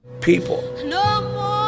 people